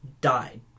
died